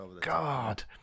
god